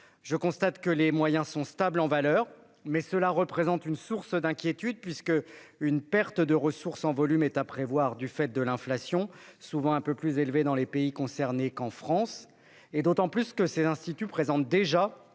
je constate que les moyens sont stables en valeur. Mais cela représente une source d'inquiétude, puisqu'une perte de ressources en volume est à prévoir en raison de l'inflation, souvent un peu plus élevée dans les pays concernés qu'en France, d'autant que ces instituts présentent un